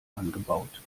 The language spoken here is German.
angebaut